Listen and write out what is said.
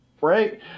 right